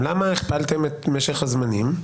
אצלכם: למה הכפלתם את משך הזמנים?